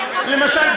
למשל,